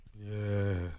Yes